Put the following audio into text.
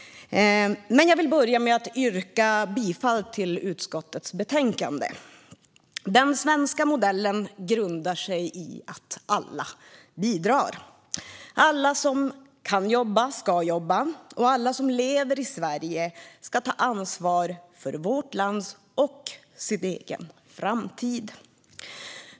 Låt mig börja med att yrka bifall till utskottets förslag. Den svenska modellen grundar sig på att alla bidrar. Alla som kan jobba ska jobba, och alla som lever i Sverige ska ta ansvar för vårt lands och sin egen framtid.